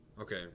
okay